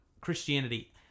Christianity